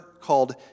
called